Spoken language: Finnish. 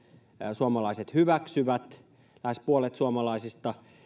suomalaiset hyväksyvät lähes puolet suomalaisista